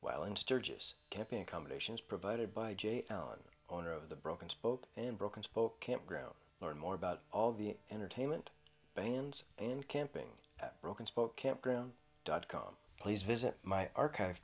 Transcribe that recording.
well in sturgis camping combinations provided by j ohn owner of the broken spoke in broken spoke campground learn more about all the entertainment bands and camping broken spoke campground dot com please visit my our kind of